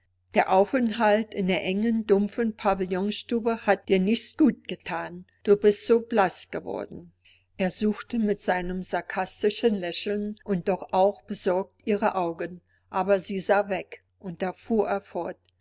der aufenthalt in der engen dumpfen pavillonstube hat dir nicht gut gethan du bist so blaß geworden er suchte mit einem sarkastischen lächeln und doch auch besorgt ihre augen aber sie sah weg und da fuhr